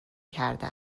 کرده